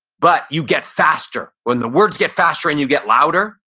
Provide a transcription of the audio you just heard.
but you get faster, when the words get faster and you get louder,